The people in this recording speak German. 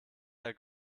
der